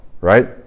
right